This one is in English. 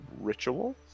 ritual